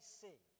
see